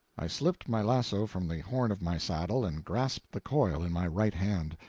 i slipped my lasso from the horn of my saddle, and grasped the coil in my right hand.